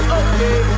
okay